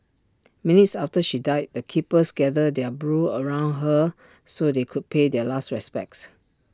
minutes after she died the keepers gathered their brood around her so they could pay their last respects